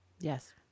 Yes